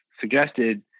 suggested